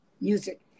music